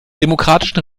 demokratischen